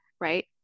right